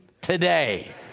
today